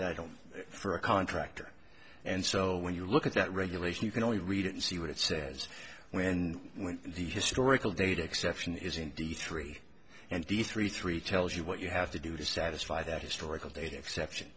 don't for a contractor and so when you look at that regulation you can only read it see what it says when when the historical data exception is indeed three and d three three tells you what you have to do to satisfy that historical data exception